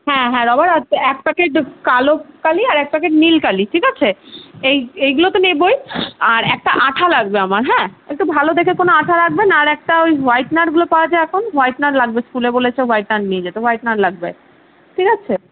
হ্যাঁ হ্যাঁ রবার আছে এক প্যাকেট কালো কালি আর এক প্যাকেট নীল কালি ঠিক আছে এই এইগুলোতো নেবোই আর একটা আঠা লাগবে আমার হ্যাঁ একটু ভালো দেখে কোনো আঠা রাখবেন আর একটা ওই হোয়াইটনারগুলো পাওয়া যায় এখন হোয়াইটনার লাগবে স্কুলে বলেছে হোয়াইটনার নিয়ে যেতে হোয়াইটনার লাগবে একটা ঠিক আছে